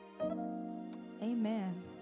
Amen